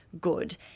good